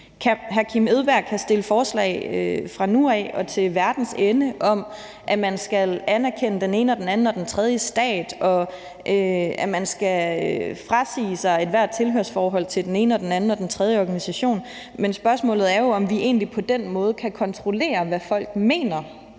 Hr. Kim Edberg Andersen kan fremsætte forslag fra nu af og til verdens ende om, at man skal anerkende den ene og den anden og den tredje stat, og at man skal frasige sig ethvert tilhørsforhold til den ene og den anden og den tredje organisation. Men spørgsmålet er jo, om vi egentlig på den måde kan kontrollere, hvad folk mener,